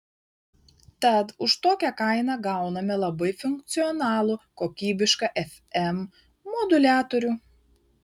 tad už tokią kainą gauname labai funkcionalų kokybišką fm moduliatorių